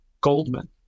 Goldman